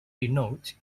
denote